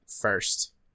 first